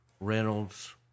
Reynolds